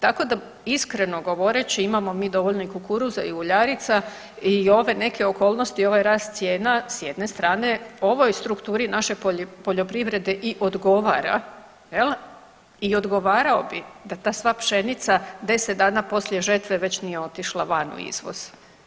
Tako da iskreno govoreći imamo mi dovoljno i kukuruza i uljarica i ove neke okolnosti i ovaj rast cijena s jedne strane ovoj strukturi naše poljoprivrede i odgovara jel i odgovarao bi da ta sva pšenica 10 dana poslije žetve već nije otišla van u izvoz.